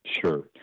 sure